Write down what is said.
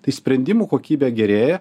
tai sprendimų kokybė gerėja